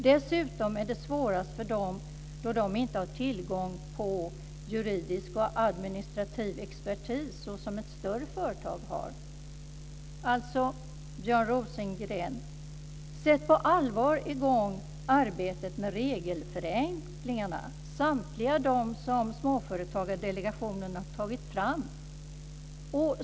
Dessutom är det svårast för dem då de inte har tillgång till juridisk och administrativ expertis så som ett större företag har. Alltså, Björn Rosengren: Sätt på allvar i gång arbetet med regelförenklingarna - samtliga de som Småföretagsdelegationen har tagit fram!